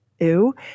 ew